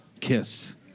Kiss